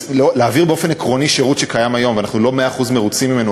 להעביר באופן עקרוני שירות שקיים היום ואנחנו לא במאה אחוז מרוצים ממנו,